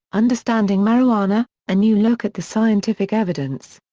understanding marijuana a new look at the scientific evidence.